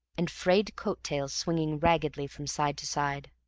and frayed coat-tails swinging raggedly from side to side.